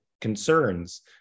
concerns